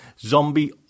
zombie